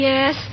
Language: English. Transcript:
Yes